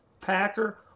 Packer